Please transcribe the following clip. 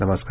नमस्कार